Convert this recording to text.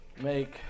make